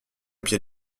pied